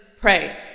Pray